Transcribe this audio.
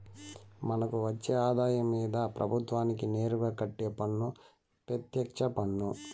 మనకు వచ్చే ఆదాయం మీద ప్రభుత్వానికి నేరుగా కట్టే పన్ను పెత్యక్ష పన్ను